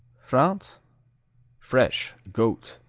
france fresh goat.